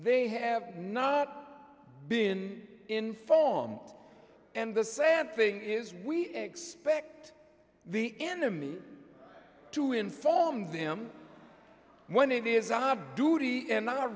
they have not been informed and the sad thing is we expect the enemy to inform them when it is not a duty and not